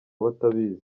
batabizi